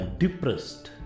depressed